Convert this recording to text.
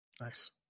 Nice